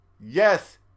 Yes